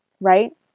right